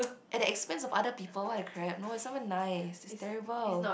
at the expense of other people what the crap no is someone nice that's terrible